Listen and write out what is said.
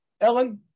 Ellen